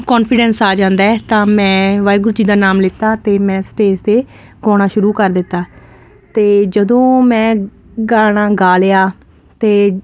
confidence ਆ ਜਾਂਦਾ ਤਾਂ ਮੈਂ ਵਾਹਿਗੁਰੂ ਜੀ ਦਾ ਨਾਮ ਲਿਤਾ ਤੇ ਮੈਂ ਸਟੇਜ ਤੇ ਗਾਉਣਾ ਸ਼ੁਰੂ ਕਰ ਦਿੱਤਾ ਤੇ ਜਦੋਂ ਮੈਂ ਗਾਣਾ ਗਾਲਿਆ ਤੇ